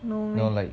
no meh